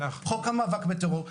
חוק המאבק בטרור.